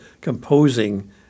composing